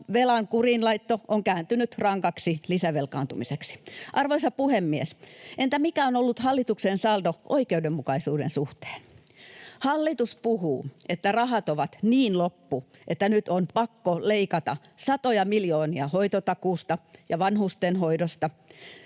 velan kuriinlaitto on kääntynyt rankaksi lisävelkaantumiseksi. Arvoisa puhemies! Entä mikä on ollut hallituksen saldo oikeudenmukaisuuden suhteen? Hallitus puhuu, että rahat ovat niin loppu, että nyt on pakko leikata satoja miljoonia hoitotakuusta ja vanhustenhoidosta,